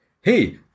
Hey